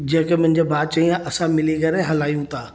जेके मुंहिंजे भाउ चईं असां मिली करे हलायूं था